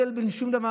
מזמן,